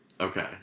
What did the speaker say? Okay